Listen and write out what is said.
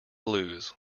blues